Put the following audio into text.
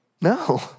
No